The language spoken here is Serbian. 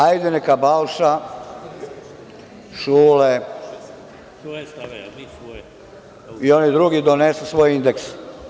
Hajde neka Balša, Šule i oni drugi donesu svoje indekse.